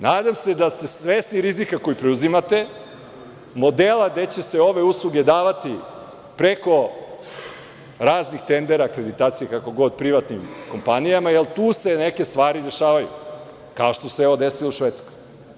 Nadam se da ste svesni rizika koji preuzimate, modela gde će se ove usluge davati preko raznih tendera, akreditacija, kako god, privatnim kompanijama, jer tu se neke stvari dešavaju, kao što se ovo desilo u Švedskoj.